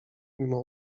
mimo